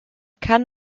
kann